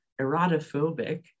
erotophobic